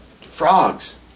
frogs